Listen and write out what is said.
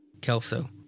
Kelso